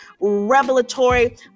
revelatory